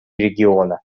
региона